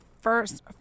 first